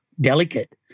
delicate